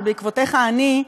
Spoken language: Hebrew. ובעקבותיך אני,